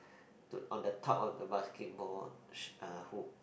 to on the top of the basketball uh hoop